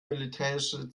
militärische